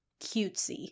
cutesy